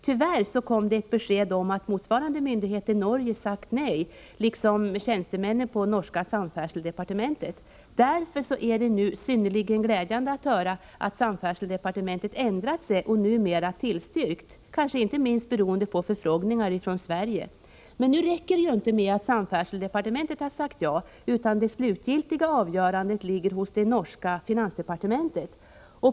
Tyvärr kom det ett besked om att motsvarande myndighet i Norge liksom tjänstemännen på det norska samferdselsdepartementet sagt nej. Nu har emellertid samferdselsdepartementet ändrat sig och tillstyrkt, kanske inte minst beroende på förfrågningar från Sverige. Detta är synnerligen glädjande att höra, men det räcker inte med att samferdselsdepartementet har sagt ja. Det slutgiltiga avgörandet ligger ju hos det norska finansdepartementet.